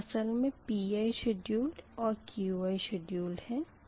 यह असल मे Pi शेड्युल और Qi शेड्युल है